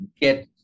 get